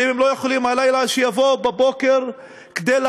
ואם הם לא יכולים הלילה, אז שיבואו בבוקר לעמוד